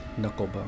Knucklebone